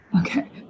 Okay